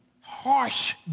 harsh